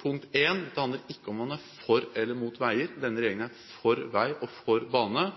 Punkt 1: Dette handler ikke om hvorvidt man er for eller imot veier. Denne regelen er for vei og for bane,